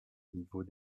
niveau